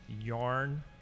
yarn